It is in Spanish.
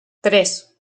tres